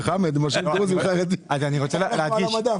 הדרוזים, הצ'רקסיים, הערבים,